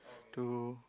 to